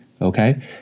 okay